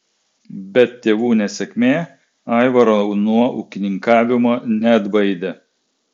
bet tėvų nesėkmė aivaro nuo ūkininkavimo neatbaidė